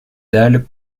dalles